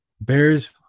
Bears